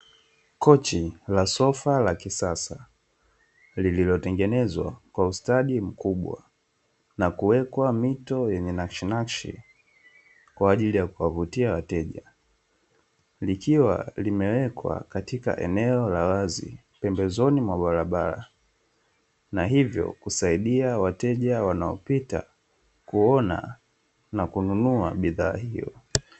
Kochi la sofa la kisasa, lililotengenezwa kwa ustadi mkubwa na kuwekwa mito yenye nakishinakishi, kwa ajili ya kuwavutia wateja. Likiwa limewekwa katika eneo la wazi, pembezoni mwa barabara na hivyo kusaidia wateja wanaopita kuona na kununua bidhaa hiyo.